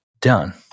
done